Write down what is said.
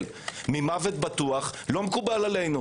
את הציבור ממוות בטוח לא מקובל עלינו.